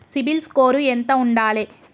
CIBIL score ఎంత ఉండాలే?